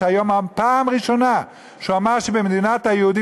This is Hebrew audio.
שהיום בפעם הראשונה אמר שבמדינת היהודים